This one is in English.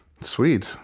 Sweet